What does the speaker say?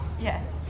Yes